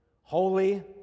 holy